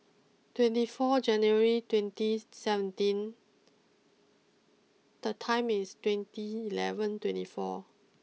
twenty four January twenty seventeen the time is twenty eleven twenty four